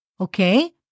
Okay